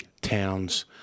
towns